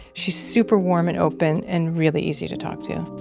she's super warm and open and really easy to talk to.